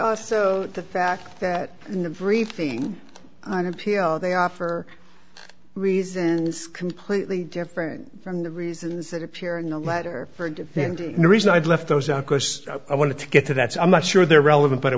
also the fact that in the briefing on appeal they offer reasons completely different from the reasons that appear in the letter for defending the reason i'd left those out course i wanted to get to that's i'm not sure they're relevant but i